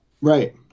Right